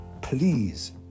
please